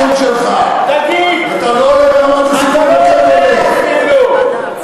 תגיד מעל הדוכן אם אתה בכלל יודע.